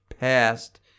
past